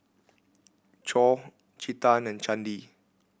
Choor Chetan and Chandi